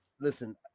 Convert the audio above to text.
listen